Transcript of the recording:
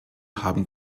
haben